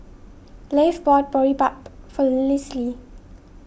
Leif bought Boribap for Lisle